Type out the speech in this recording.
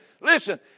listen